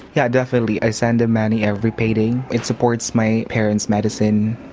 yeah definitely. i send them money every payday. it supports my parents' medicine,